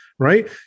Right